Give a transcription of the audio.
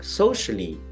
socially